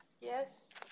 Yes